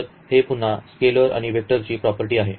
तर हे पुन्हा या स्केलर आणि वेक्टरची प्रॉपर्टी आहे